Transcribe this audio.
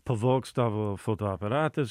pavogs tavo fotoaparatas